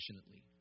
passionately